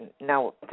Now